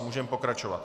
Můžeme pokračovat.